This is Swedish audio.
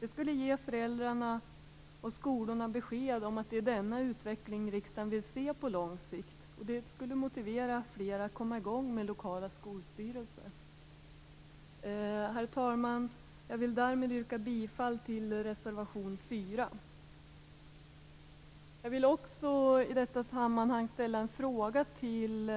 Det skulle ge föräldrarna och skolorna besked om att det är denna utveckling som riksdagen vill se på lång sikt, och det skulle motivera flera att komma i gång med lokala skolstyrelser. Herr talman! Jag vill därmed yrka bifall till reservation 4. Jag vill också i detta sammanhang ställa en fråga till